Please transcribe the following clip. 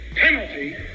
penalty